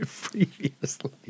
Previously